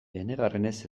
enegarrenez